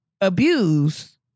abuse